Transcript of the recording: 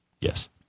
Yes